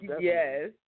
Yes